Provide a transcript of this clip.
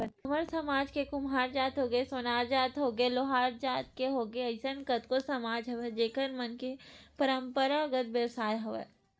हमर इहाँ के कुम्हार जात होगे, सोनार जात होगे, लोहार जात के होगे अइसन कतको समाज हवय जेखर मन के पंरापरागत बेवसाय हवय